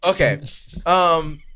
Okay